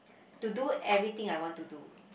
to do everything I want to do